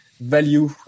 value